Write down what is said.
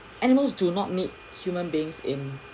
animals do not need human beings in